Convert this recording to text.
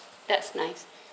that's nice